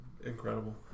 incredible